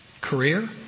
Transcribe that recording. career